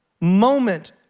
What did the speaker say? moment